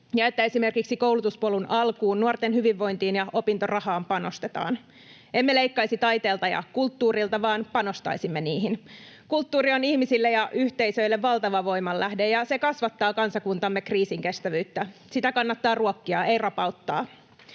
ja että esimerkiksi koulutuspolun alkuun, nuorten hyvinvointiin ja opintorahaan panostetaan. Emme leikkaisi taiteelta ja kulttuurilta, vaan panostaisimme niihin. Kulttuuri on ihmisille ja yhteisöille valtava voimanlähde, ja se kasvattaa kansakuntamme kriisinkestävyyttä. Sitä kannattaa ruokkia, ei rapauttaa.